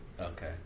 Okay